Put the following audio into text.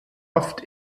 oft